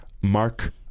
Mark